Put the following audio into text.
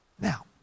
Now